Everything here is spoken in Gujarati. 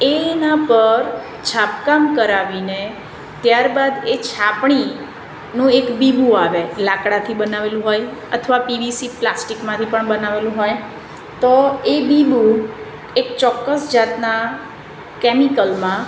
એના પર છાપકામ કરાવીને ત્યાર બાદ એ છાપણીનું એક બીબું આવે લાકડાથી બનાવેલું હોય અથવા પીવીસી પ્લાસ્ટિકમાંથી પણ બનાવેલું હોય તો એ બીબું એક ચોક્કસ જાતના કેમિકલ માં